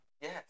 Yes